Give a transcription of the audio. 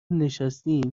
نشستین